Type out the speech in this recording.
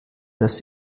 das